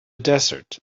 desert